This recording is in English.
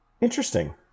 Interesting